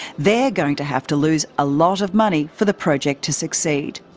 they are going to have to lose a lot of money for the project to succeed.